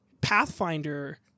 Pathfinder